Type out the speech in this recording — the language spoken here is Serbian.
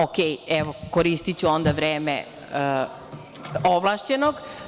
Okej, evo, koristiću onda vreme ovlašćenog.